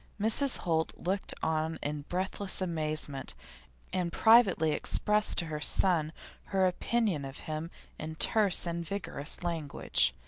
mrs. holt looked on in breathless amazement and privately expressed to her son her opinion of him in terse and vigorous language.